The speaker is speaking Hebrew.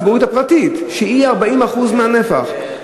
לתחבורה הציבורית הפרטית, שהיא 40% מהנפח.